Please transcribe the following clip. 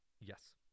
Yes